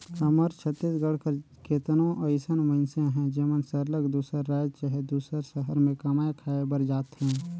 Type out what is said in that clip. हमर छत्तीसगढ़ कर केतनो अइसन मइनसे अहें जेमन सरलग दूसर राएज चहे दूसर सहर में कमाए खाए बर जाथें